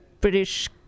british